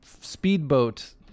speedboat